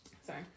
Sorry